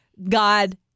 God